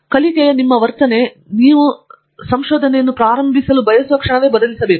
ಆದ್ದರಿಂದ ಕಲಿಕೆಯ ನಿಮ್ಮ ವರ್ತನೆ ನೀವು ಸಂಶೋಧನೆಗೆ ಪ್ರಾರಂಭಿಸಲು ಬಯಸುವ ಕ್ಷಣವನ್ನು ಬದಲಿಸಬೇಕು